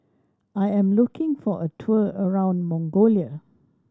I am looking for a tour around Mongolia